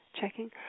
checking